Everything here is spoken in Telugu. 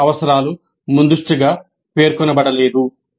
ఇతర అవసరాలు ముందస్తుగా పేర్కొనబడలేదు